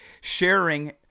sharing